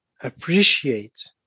appreciate